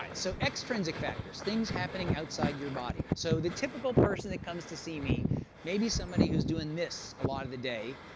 um so extrinsic factors, things happening outside your body so the typical person that comes to see me may be somebody who's doing this a lot of the day,